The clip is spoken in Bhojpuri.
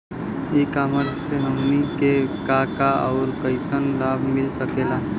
ई कॉमर्स से हमनी के का का अउर कइसन लाभ मिल सकेला?